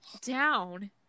Down